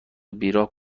بیراه